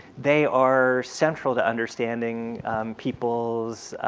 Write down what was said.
they are central to understanding people's